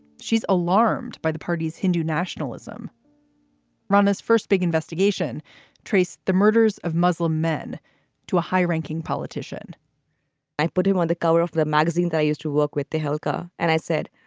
she's alarmed by the party's hindu nationalism romney's first big investigation traced the murders of muslim men to a high ranking politician i put him on the cover of the magazine that i used to work with the helga and i said,